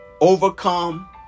Overcome